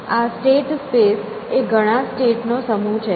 આ state space એ ઘણા સ્ટેટ નો સમૂહ છે